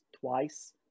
twice